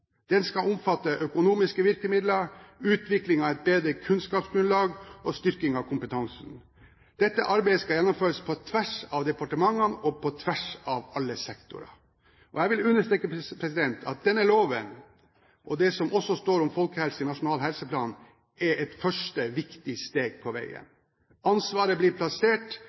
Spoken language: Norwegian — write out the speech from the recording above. Den skal omfatte økonomiske virkemidler, utvikling av et bedre kunnskapsgrunnlag og styrking av kompetansen. Dette arbeidet skal gjennomføres på tvers av departementene og på tvers av alle sektorer. Jeg vil understreke at denne loven og også det som står om folkehelse i Nasjonal helseplan, er et første viktig steg på veien. Ansvaret blir plassert,